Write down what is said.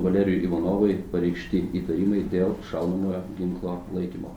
valerijui ivanovui pareikšti įtarimai dėl šaunamojo ginklo laikymo